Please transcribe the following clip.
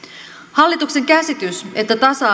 hallituksen käsitys että tasa